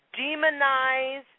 demonize